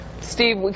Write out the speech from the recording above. Steve